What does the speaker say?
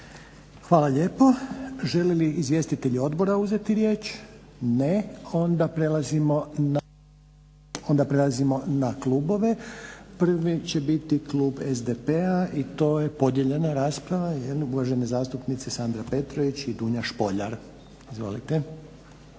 Hvala lijepo. Žele li izvjestitelji odbora uzeti riječ? Ne. Onda prelazimo na klubove. Prvi će biti klub SDP-a i to je podijeljena rasprava uvažene zastupnice Sandre Petrović i Dunje Špoljar.